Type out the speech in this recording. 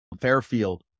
fairfield